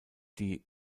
die